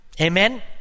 Amen